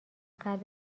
قلب